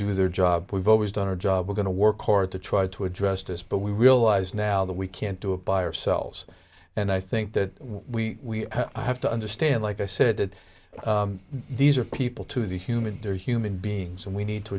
do their job we've always done our job we're going to work hard to try to address this but we realize now that we can't do it by ourselves and i think that we have to understand like i said that these are people to the human they're human beings and we need to